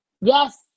yes